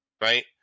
right